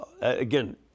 again